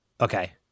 Okay